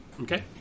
Okay